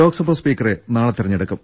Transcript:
ലോക്സഭാ സ്പീക്കറെ നാളെ തെരഞ്ഞെടുക്കും